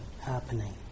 happening